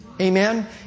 Amen